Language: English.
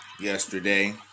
yesterday